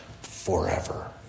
forever